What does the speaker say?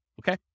okay